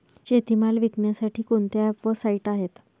शेतीमाल विकण्यासाठी कोणते ॲप व साईट आहेत?